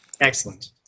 Excellent